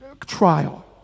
trial